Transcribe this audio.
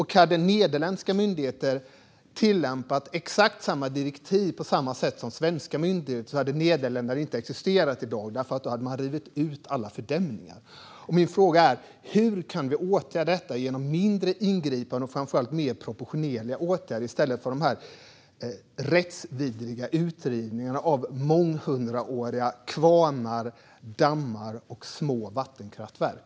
Hade nederländska myndigheter tillämpat exakt samma direktiv på samma sätt som svenska myndigheter hade Nederländerna inte existerat i dag, för då hade man rivit ut alla fördämningar. Min fråga är: Hur kan vi åtgärda detta genom mindre ingripande och framför allt mer proportionerliga åtgärder i stället för de rättsvidriga utrivningarna av månghundraåriga kvarnar, dammar och små vattenkraftverk?